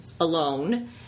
alone